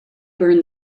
burned